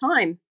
time